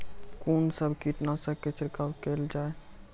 कून सब कीटनासक के छिड़काव केल जाय?